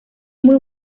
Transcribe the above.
muy